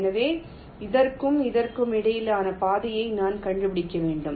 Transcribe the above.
எனவே இதற்கும் இதற்கும் இடையிலான பாதையை நான் கண்டுபிடிக்க வேண்டும்